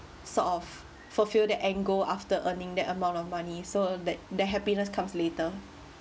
sort of fulfil the end goal after earning that amount of money so that their happiness comes later